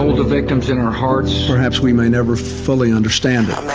victims in our hearts, perhaps we may never fully understand it.